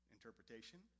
Interpretation